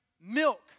milk